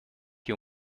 you